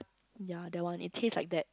ya that one it taste like that